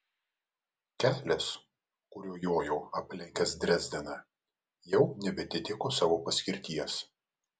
kelias kuriuo jojau aplenkęs drezdeną jau nebeatitiko savo paskirties